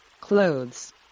Clothes